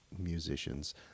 Musicians